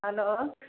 hello